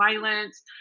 violence